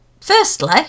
firstly